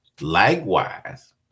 Likewise